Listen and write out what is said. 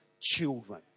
children